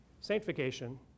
sanctification